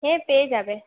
হ্যাঁ পেয়ে যাবে